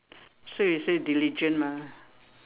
so you say diligent mah